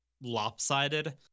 lopsided